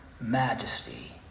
majesty